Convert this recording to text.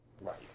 Right